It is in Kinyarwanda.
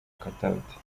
katauti